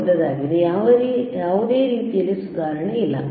ದೊಡ್ಡದಾಗಿದೆ ಯಾವುದೇ ರೀತಿಯಲ್ಲಿ ಸುಧಾರಣೆ ಇಲ್ಲ